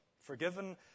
forgiven